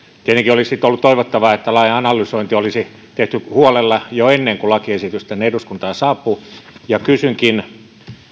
tietenkin olisi ollut toivottavaa että lain analysointi olisi tehty huolella jo ennen kuin lakiesitys tänne eduskuntaan saapuu kysynkin